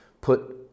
put